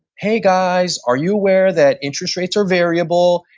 hey guys, are you aware that interest rates are variable.